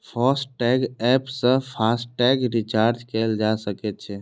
FASTag app सं FASTag recharge कैल जा सकै छै